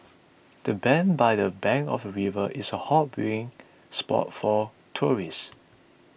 the bench by the bank of the river is a hot viewing spot for tourists